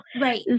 Right